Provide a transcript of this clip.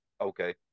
Okay